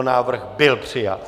Návrh byl přijat.